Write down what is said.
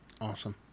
Awesome